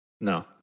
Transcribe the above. No